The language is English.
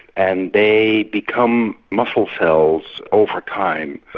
and they become muscle cells over time,